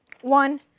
one